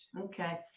Okay